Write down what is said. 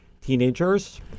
teenagers